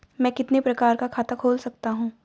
मैं कितने प्रकार का खाता खोल सकता हूँ?